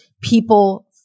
People